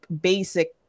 basic